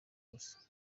gusa